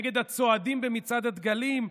נגד הצועדים במצעד הדגלים,